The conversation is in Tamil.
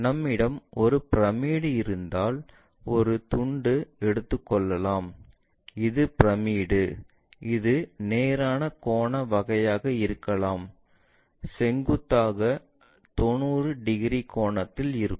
நம்மிடம் ஒரு பிரமிடு இருந்தால் ஒரு துண்டு எடுத்துக்கொள்ளலாம் இது பிரமிடு இது நேரான கோண வகையாக இருக்கலாம் செங்குத்தாக 90 டிகிரி கோணத்தில் இருக்கும்